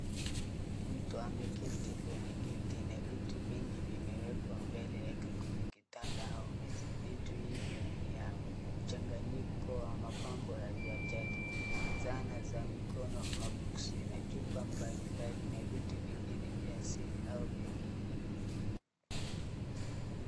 Mtu ameketi kwenye kiti na vitu mingi vimewekwa mbele yake kwenye kitanda au meza. Vitu hivyo ni ya mchanganyiko wa mapambo ya jadi, zana za mikono, maboksi na chupa mbalimbali na vitu vingine vya asili au vya kienyeji.